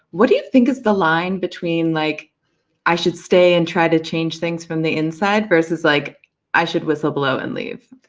what do you think is the line between, like i should stay and try to change things from the inside versus, like i should whistle-blow and leave?